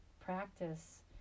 practice